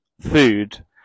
food